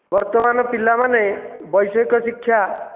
ବର୍ତ୍ତମାନ ପିଲାମାନେ ବୈଷୟିକ ଶିକ୍ଷା